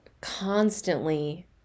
Constantly